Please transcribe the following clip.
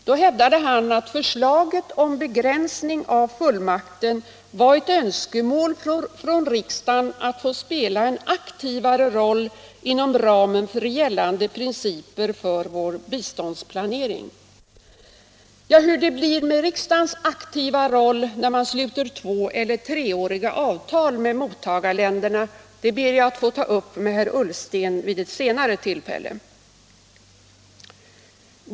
Han hävdade då att förslaget om begränsning av fullmakten var ett önskemål från riksdagen att få spela en aktivare roll inom ramen för gällande principer för vår biståndsplanering. Frågan om hur det blir med riksdagens aktiva roll när man sluter två eller treåriga avtal med mottagarländerna ber jag att få ta upp med herr Ullsten vid ett senare tillfälle.